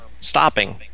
stopping